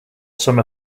some